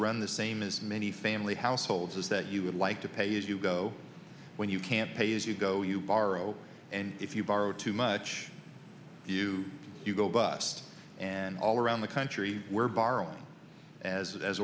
run the same as many family households that you would like to pay as you go when you can't pay as you go you borrow and if you borrow too much you you go bust and all around the country we're borrowing as as